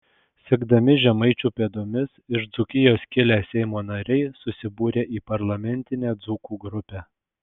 sekdami žemaičių pėdomis iš dzūkijos kilę seimo nariai susibūrė į parlamentinę dzūkų grupę